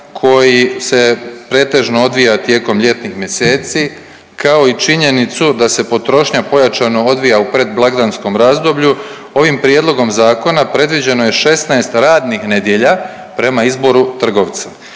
koji se pretežno odvija tijekom ljetnih mjeseci, kao i činjenicu da se potrošnja pojačano odvija u predblagdanskom razdoblju ovim prijedlogom zakona predviđeno je 16 radnih nedjelja prema izboru trgovca.